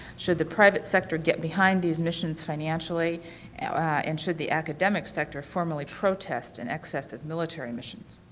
should the private sector get behind these missions financially and and should the academic sector formally protest an excess of military missions?